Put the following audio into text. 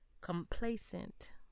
complacent